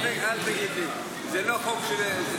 אל תגיד לי, זה לא חוק לכולם.